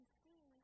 see